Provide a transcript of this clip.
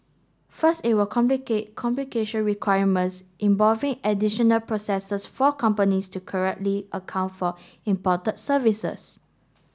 first it will complicate complication requirements involving additional processes for companies to correctly account for imported services